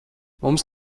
mums